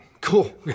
Cool